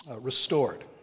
restored